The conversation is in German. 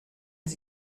die